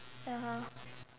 (uh huh)